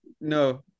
No